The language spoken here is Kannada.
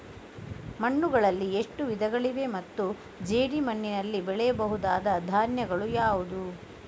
ಮಣ್ಣುಗಳಲ್ಲಿ ಎಷ್ಟು ವಿಧಗಳಿವೆ ಮತ್ತು ಜೇಡಿಮಣ್ಣಿನಲ್ಲಿ ಬೆಳೆಯಬಹುದಾದ ಧಾನ್ಯಗಳು ಯಾವುದು?